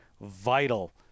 vital